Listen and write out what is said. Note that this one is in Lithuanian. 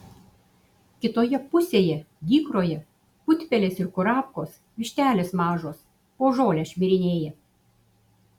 kitoje pusėje dykroje putpelės ir kurapkos vištelės mažos po žolę šmirinėja